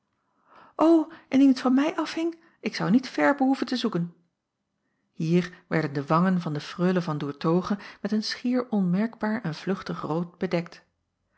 indien t van mij afhing ik zou niet ver behoeven te zoeken hier werden de wangen van de freule van doertoghe met een schier onmerkbaar en vluchtig rood bedekt